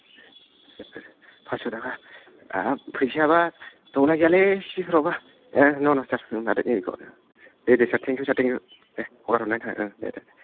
फास्स' थाखा हाब फैसायाबा दंना गैयालै सिफिफ्रावबा ए न' न' सार नों लादो नैबेखौ दे दे थेंकिउ सार थेंकिउ दे हगारहरनायनि थाखाय दे दे